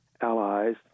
allies